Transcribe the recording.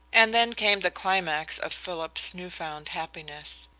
and then came the climax of philip's new-found happiness.